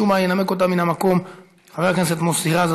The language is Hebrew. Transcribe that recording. ומשום מה ינמק אותה מהמקום חבר הכנסת מוסי רז.